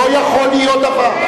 לא יכול להיות דבר,